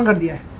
are the